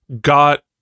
got